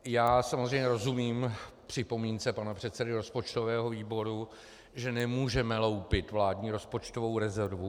I já samozřejmě rozumím připomínce pana předsedy rozpočtového výboru, že nemůžeme loupit vládní rozpočtovou rezervu.